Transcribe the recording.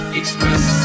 express